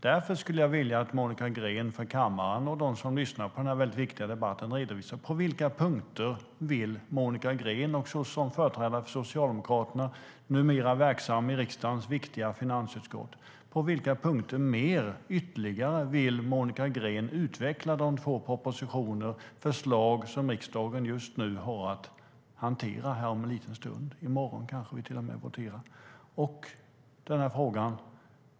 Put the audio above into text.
Därför skulle jag vilja att Monica Green, företrädare för Socialdemokraterna och numera verksam i riksdagens viktiga finansutskott, inför kammaren och dem som lyssnar på denna väldigt viktiga debatt redovisar på vilka ytterligare punkter hon vill utveckla de två propositionerna och de förslag som riksdagen har att hantera här om en liten stund. Vi kanske till och med voterar redan i morgon.